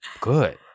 good